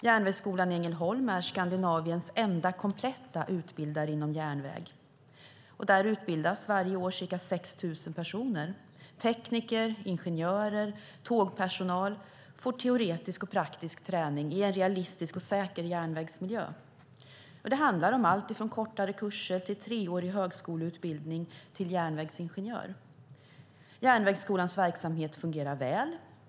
Järnvägsskolan i Ängelholm är Skandinaviens enda kompletta utbildare inom järnväg. Där utbildas varje år ca 6 000 personer. Tekniker, ingenjörer och tågpersonal får teoretisk och praktisk träning i en realistisk och säker järnvägsmiljö. Det handlar om allt från kortare kurser till treårig högskoleutbildning till järnvägsingenjör. Järnvägsskolans verksamhet fungerar väl.